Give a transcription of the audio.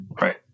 Right